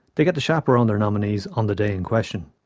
they get to chaperone their nominees on the day in question.